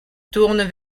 tournent